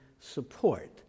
support